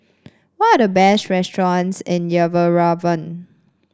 what are the best restaurants in Yerevan